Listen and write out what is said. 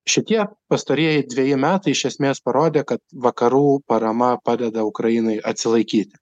šitie pastarieji dveji metai iš esmės parodė kad vakarų parama padeda ukrainai atsilaikyti